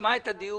נשמע את הדיון,